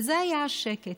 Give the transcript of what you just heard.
וזה היה השקט.